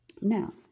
now